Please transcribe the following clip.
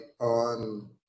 on